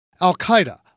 al-Qaeda